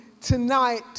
tonight